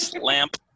lamp